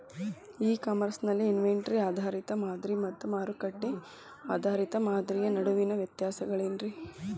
E commerce ನಲ್ಲಿ inventory ಆಧಾರಿತ ಮಾದರಿ ಮತ್ತ ಮಾರುಕಟ್ಟೆ ಆಧಾರಿತ ಮಾದರಿಯ ನಡುವಿನ ವ್ಯತ್ಯಾಸಗಳೇನ ರೇ?